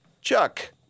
Chuck